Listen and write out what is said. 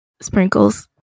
Sprinkles